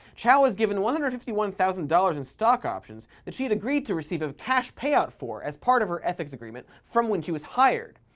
chao was given one hundred and fifty one thousand dollars in stock options that she had agreed to receive a cash payout for as part of her ethics agreement from when she was hired.